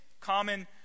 common